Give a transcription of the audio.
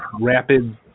rapid